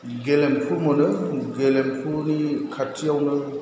गेलेमफु मोनो गेलेमफुनि खाथियावनो